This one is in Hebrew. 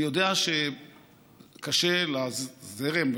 אני יודע שקשה לזרם,